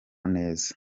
neza